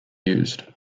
used